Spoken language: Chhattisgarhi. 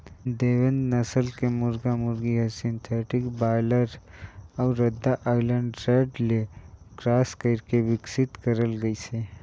देवेंद नसल के मुरगा मुरगी हर सिंथेटिक बायलर अउ रद्दा आइलैंड रेड ले क्रास कइरके बिकसित करल गइसे